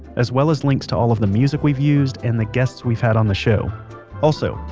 as well as links to all of the music we've used and the guests we've had on the show also,